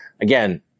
again